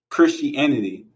Christianity